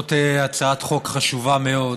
זאת הצעת חוק חשובה מאוד,